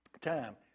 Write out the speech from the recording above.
time